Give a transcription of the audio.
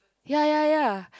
ya ya ya